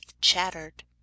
chattered